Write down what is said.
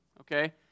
Okay